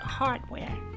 hardware